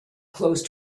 close